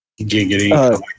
Giggity